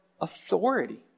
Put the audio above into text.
authority